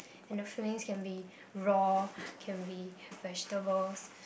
and the fillings can be raw can be vegetables